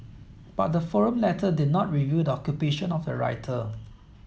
but the forum letter did not reveal the occupation of the writer